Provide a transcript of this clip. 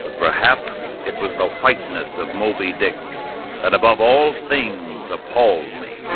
ah perhaps it was the whiteness of moby dick that above all things upholding